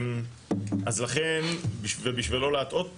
אז לכן ובשביל לא להטעות אתכם,